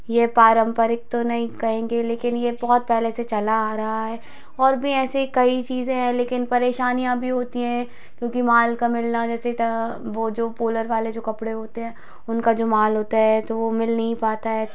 ये पारंपरिक तो नहीं कहेंगे लेकिन ये बहुत पहले से चला आ रहा है और भी ऐसे कई चीज हैं लेकिन परेशानियाँ भी होती हैं क्योंकि माल का मिलना जैसे वो जो पोलर वाले जो कपड़े होते हैं उनका जो माल होता है तो वो मिल नहीं पता है